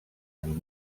amb